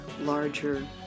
larger